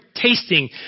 tasting